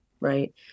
right